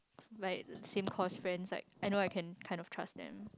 my same course friends like I know I can kind of trust them